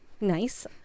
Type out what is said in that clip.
nice